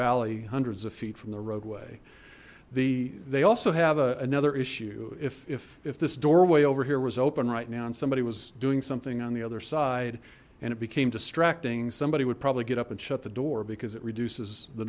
vallee hundreds of feet from the roadway the they also have another issue if if this doorway over here was open right now and somebody was doing something on the other side and it became distracting somebody would probably get up and shut the door because it reduces the